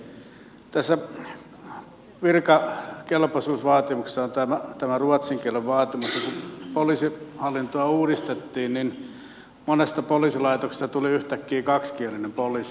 tässä virkakelpoisuusvaatimuksessa on tämä ruotsin kielen vaatimus ja kun poliisihallintoa uudistettiin niin monesta poliisilaitoksesta tuli yhtäkkiä kaksikielinen poliisilaitos